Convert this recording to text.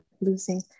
losing